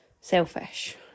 selfish